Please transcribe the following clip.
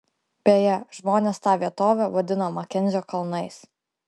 beje žmonės tą vietovę vadina makenzio kalnais